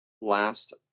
last